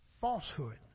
falsehood